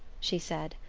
she said,